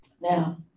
Now